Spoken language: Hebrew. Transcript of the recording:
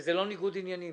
וזה לא ניגוד עניינים.